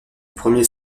premiers